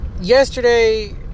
yesterday